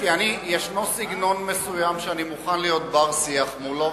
כי יש סגנון מסוים שאני מוכן להיות בר-שיח מולו,